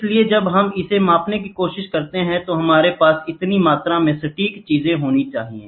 इसलिए जब हम इसे मापने की कोशिश करते हैं तो हमारे पास इतनी मात्रा में सटीक चीजें होनी चाहिए